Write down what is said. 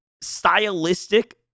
stylistic